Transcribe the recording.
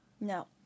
No